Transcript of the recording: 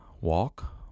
Walk